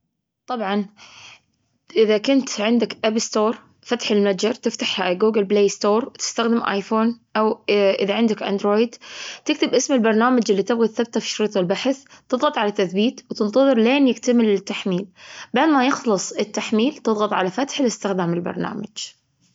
طبعا، إذا كنت عندك أب ستور، فتح المتجر. تفتح جوجل بلاي ستور وتستخدم آيفون أو إذا عندك android. تكتب اسم البرنامج اللي تبغى تثبته في شريط البحث. تضغط على تثبيت وتنتظر إلان يكتمل التحميل. بعد ما يخلص التحميل، تضغط على فتح لاستخدام البرنامج.